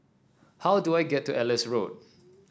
how do I get to Ellis Road